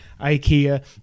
IKEA